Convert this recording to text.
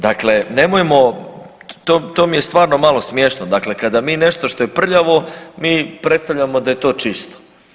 Dakle, nemojmo to mi je stvarno malo smiješno, dakle kada mi nešto što je prljavo mi predstavljamo da je to čisto.